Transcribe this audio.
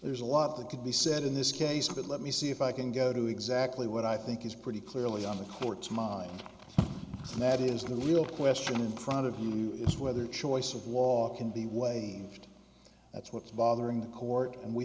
there's a lot that could be said in this case but let me see if i can go to exactly what i think is pretty clearly on the court's mind and that is the real question in front of you is whether choice of law can be wayne that's what's bothering the court and we